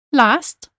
last